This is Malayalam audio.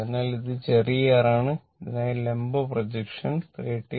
അതിനാൽ ഇത് ചെറിയ r ആണ് ഇതിനായി ലംബ പ്രൊജക്ഷൻ 39